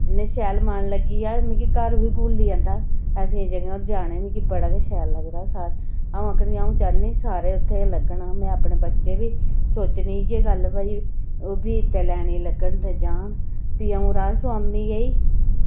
इन्ना शैल मन लग्गी जा कि मिगी घर बी भुल्ली जंदा ऐसी जगह् जाना मिगी बड़ा शैल लगदा अ'ऊं चाह्न्नीं कि सारे मेरे बच्चे बी उत्थै लग्गन सोचनी कि एह् गल्ल भई ते ओह्बी इत्तै लैनी गी लग्गन जां भी अ'ऊं राधा स्वामी गेई